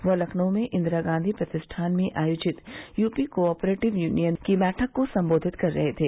वह लखनऊ में इन्दिरा गॉधी प्रतिष्ठान में आयोजित यूपी कोऑपरेटिव यूनियन की बैठक को सम्बोधित कर रहे थे